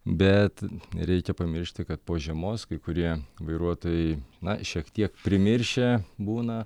bet nereikia pamiršti kad po žiemos kai kurie vairuotojai na šiek tiek primiršę būna